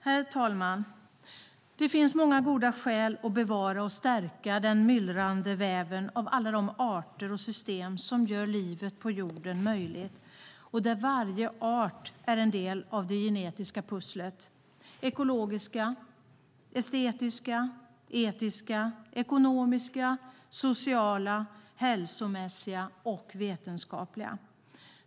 Herr talman! Det finns många goda skäl att bevara och stärka den myllrande väven av alla de arter och system som gör livet på jorden möjligt och där varje art är en del av det genetiska pusslet - ekologiska, estetiska, etiska, ekonomiska, sociala, hälsomässiga och vetenskapliga.